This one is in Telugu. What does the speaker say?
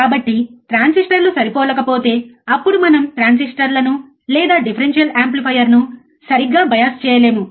కాబట్టి ట్రాన్సిస్టర్లు సరిపోలకపోతే అప్పుడు మనము ట్రాన్సిస్టర్లను లేదా డిఫరెన్షియల్ యాంప్లిఫైయర్ను సరిగ్గా బయాస్ చేయలేము